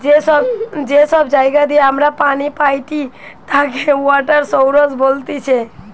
যে সব জায়গা দিয়ে আমরা পানি পাইটি তাকে ওয়াটার সৌরস বলতিছে